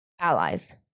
allies